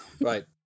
Right